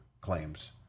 claims